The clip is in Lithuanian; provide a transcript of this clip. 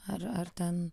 ar ar ten